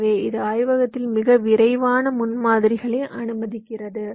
எனவே இது ஆய்வகத்தில் மிக விரைவான முன்மாதிரிகளை அனுமதிக்கிறது